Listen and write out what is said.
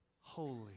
holy